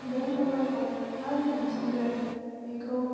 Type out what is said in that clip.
बे मबाइलखौ माबोरै मोनफिनगोन बेखौ